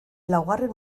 laugarren